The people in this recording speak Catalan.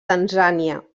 tanzània